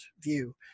view